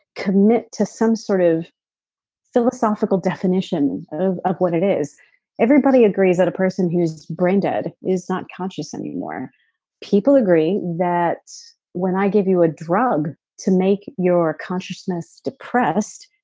commit to some sort of philosophical definition of of what it is everybody agrees that a person who's brain dead is not conscious anymore people agree that when i give you a drug to make your consciousness depressed,